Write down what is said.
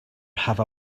have